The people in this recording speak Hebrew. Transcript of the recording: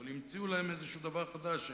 אבל המציאו להם איזה דבר חדש,